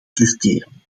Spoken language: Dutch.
terugkeren